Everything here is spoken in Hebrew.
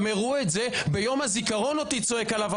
גם ביום הזיכרון הראו אותי צועק עליו,